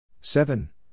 Seven